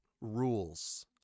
rules